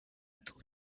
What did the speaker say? until